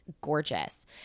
gorgeous